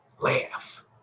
laugh